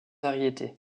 variétés